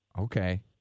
Okay